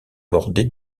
bordées